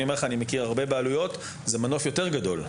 אני מכיר הרבה בעלויות וזה מנוף יותר גדול.